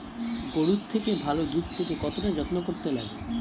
গরুর থেকে ভালো দুধ পেতে কতটা যত্ন করতে লাগে